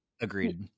agreed